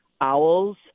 owls